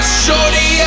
shorty